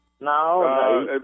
No